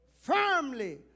firmly